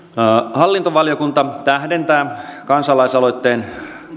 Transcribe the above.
hallintovaliokunta tähdentää kansalaisaloitteen